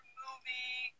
movie